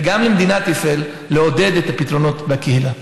וגם למדינת ישראל לעודד את הפתרונות בקהילה.